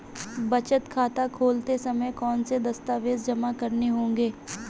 बचत खाता खोलते समय कौनसे दस्तावेज़ जमा करने होंगे?